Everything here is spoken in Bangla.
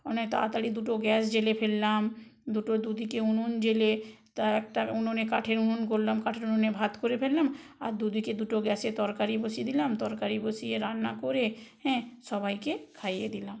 মানে তাড়াতাড়ি দুটো গ্যাস জ্বেলে ফেললাম দুটো দুদিকে উনুন জ্বেলে তা একটা উনুনে কাঠের উনুন গড়লাম কাঠের উনুনে ভাত করে ফেললাম আর দুদিকে দুটো গ্যাসে তরকারি বসিয়ে দিলাম তরকারি বসিয়ে রান্না করে হ্যাঁ সবাইকে খাইয়ে দিলাম